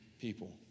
people